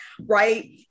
right